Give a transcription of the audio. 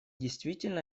действительно